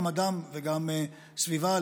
גם אדם וגם סביבה,